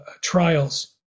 trials